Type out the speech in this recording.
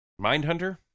Mindhunter